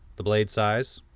the blade size,